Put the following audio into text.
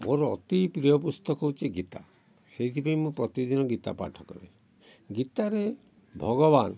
ମୋର ଅତି ପ୍ରିୟ ପୁସ୍ତକ ହେଉଛି ଗୀତା ସେଇଥିପାଇଁ ମୁଁ ପ୍ରତିଦିନ ଗୀତା ପାଠ କରେ ଗୀତାରେ ଭଗବାନ